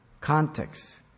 Context